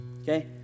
Okay